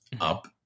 Up